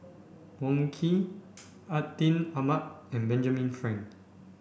Wong Keen Atin Amat and Benjamin Frank